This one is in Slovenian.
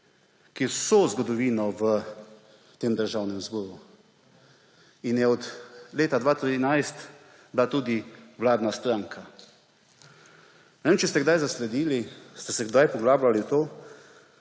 je vso zgodovino v tem državnem zboru in je od leta 2013 bila tudi vladna stranka. Ne vem, če ste kdaj zasledili, ste se kdaj poglabljali v to,